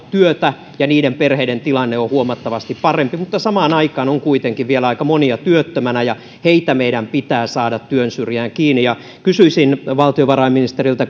työtä ja niiden perheiden tilanne on huomattavasti parempi mutta samaan aikaan on kuitenkin vielä aika monia työttömänä ja heitä meidän pitää saada työn syrjään kiinni kysyisin valtiovarainministeriltä